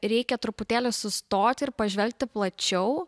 reikia truputėlį sustoti ir pažvelgti plačiau